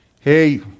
Hey